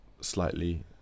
slightly